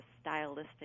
stylistic